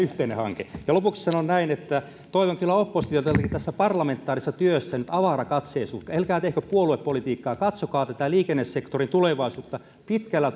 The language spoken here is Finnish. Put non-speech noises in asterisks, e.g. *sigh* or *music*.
*unintelligible* yhteinen hanke lopuksi sanon näin että toivon kyllä oppositiolta tässä parlamentaarisessa työssä nyt avarakatseisuutta älkää tehkö puoluepolitiikkaa katsokaa tätä liikennesektorin tulevaisuutta pitkälle *unintelligible*